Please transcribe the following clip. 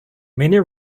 many